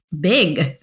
Big